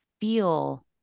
feel